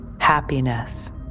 happiness